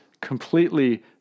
completely